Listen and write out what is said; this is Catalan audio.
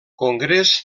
congrés